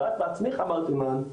ואת בעצמך אמרת, אימאן,